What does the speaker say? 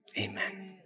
amen